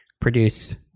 produce